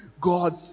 God